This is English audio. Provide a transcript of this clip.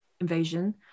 invasion